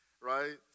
right